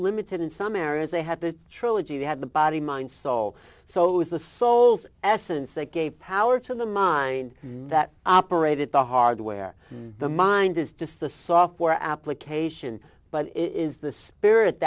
limited in some areas they had the trilogy they had the body mind soul so it was the soul's essence that gave power to the mind that operated the hardware the mind is just the software application but it is the spirit